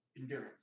endurance